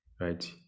right